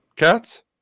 Cats